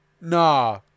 nah